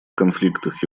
конфликтах